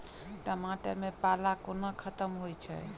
टमाटर मे पाला कोना खत्म होइ छै?